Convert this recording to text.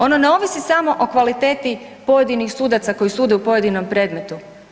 Ono ne ovisi samo o kvaliteti pojedinih sudaca koji sude u pojedinom predmetu.